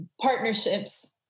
partnerships